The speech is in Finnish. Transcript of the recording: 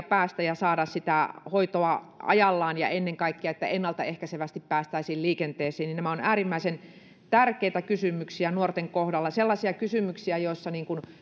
päästä ja saada sitä hoitoa ajallaan ja ennen kaikkea että niissä pitäisi ennaltaehkäisevästi päästä liikenteeseen nämä ovat äärimmäisen tärkeitä kysymyksiä nuorten kohdalla sellaisia kysymyksiä joissa